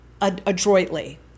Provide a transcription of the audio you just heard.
adroitly